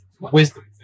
wisdom